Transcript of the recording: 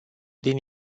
din